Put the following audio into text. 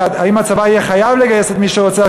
אם הצבא יהיה חייב לגייס את מי שרוצה,